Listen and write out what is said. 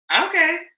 Okay